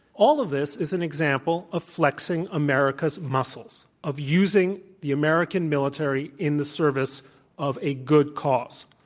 all of this is an example of flexing america's muscles of using the american military in the service of a good cause.